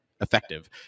effective